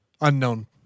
Unknown